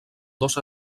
dos